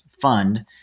fund